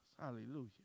Hallelujah